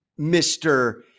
Mr